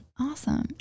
awesome